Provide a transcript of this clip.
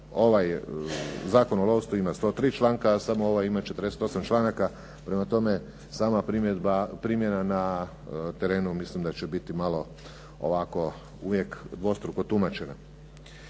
ovaj Zakon o lovstvu ima 103 članka, a samo ovaj ima 48 članaka, prema tome, sama primjena na terenu mislim da će biti malo ovako uvijek dvostruko tumačena.